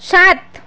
সাত